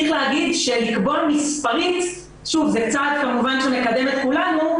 צריך להגיד שלקבוע מספרית זה צעד כמובן שמקדם את כולנו,